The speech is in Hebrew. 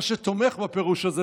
מה שתומך בפירוש הזה,